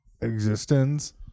Existence